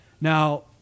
Now